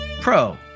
Pro